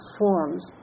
forms